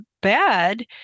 bad